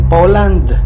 Poland